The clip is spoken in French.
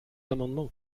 amendements